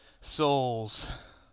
souls